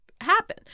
happen